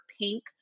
pink